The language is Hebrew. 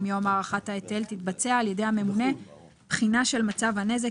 מיום הארכת ההיטל תתבצע על-ידי הממונה בחינה של מצב הנזק,